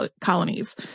colonies